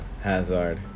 Hazard